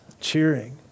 cheering